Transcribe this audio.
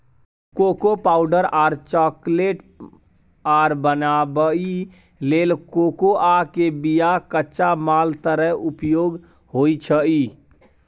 cocoa powder और chocolate आर बनाबइ लेल कोकोआ के बिया कच्चा माल तरे उपयोग होइ छइ